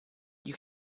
you